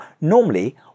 normally